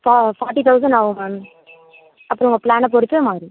ஃபா forty thousand ma'am மேம் அப்புறம் உங்கள் பிளானை பொறுத்து மாறும்